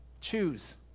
Choose